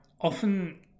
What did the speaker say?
often